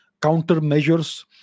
countermeasures